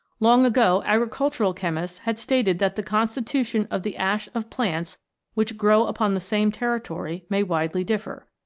long ago agricultural chemists had stated that the constitution of the ash of plants which grow upon the same territory may widely differ.